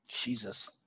Jesus